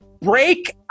break